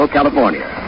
California